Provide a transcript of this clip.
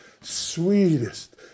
sweetest